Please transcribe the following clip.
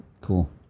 Cool